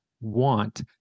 want